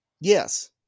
Yes